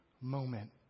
moment